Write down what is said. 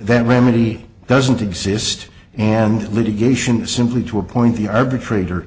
that remedy doesn't exist and litigation is simply to appoint the arbitrator